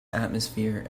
atmosphere